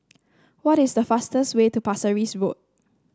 what is the fastest way to Pasir Ris Road